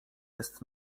jest